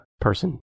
person